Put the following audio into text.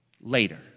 later